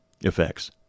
effects